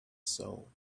soul